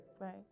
Right